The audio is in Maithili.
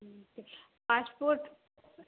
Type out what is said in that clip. अहाँके पासपोर्ट